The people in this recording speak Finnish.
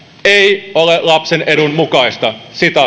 ei ole lapsen edun mukaista